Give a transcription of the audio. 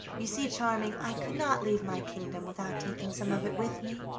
you see, charming, i could not leave my kingdom without taking some of it with me.